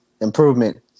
improvement